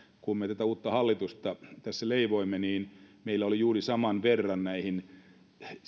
kun me tätä uutta hallitusta tässä leivoimme meillä oli juuri saman verran näihin